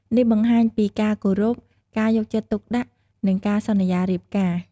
នេះបង្ហាញពីការគោរព ការយកចិត្តទុកដាក់ និងការសន្យារៀបការ។